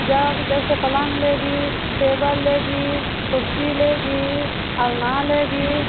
जब जैसे पलंग लेगी टेबल लेगी कुर्सी लेगी अलना लेगी